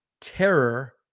Terror